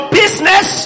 business